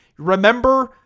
Remember